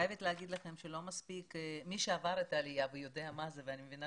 אני חייבת לומר לכם שמי שעבר עלייה ויודע מה זה ואני מבינה